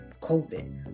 COVID